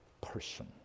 person